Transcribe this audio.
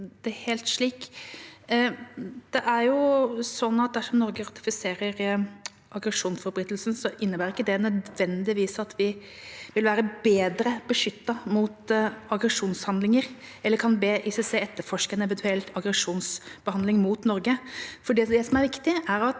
dersom Norge ratifiserer tillegget om aggresjonsforbrytelser, innebærer ikke det nødvendigvis at vi vil være bedre beskyttet mot aggresjonshandlinger, eller kan be ICC etterforske en eventuell aggresjonshandling mot Norge.